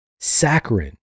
saccharin